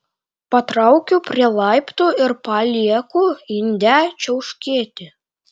patraukiu prie laiptų ir palieku indę čiauškėti